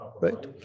right